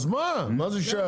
אז מה, מה זה שייך?